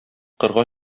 кырга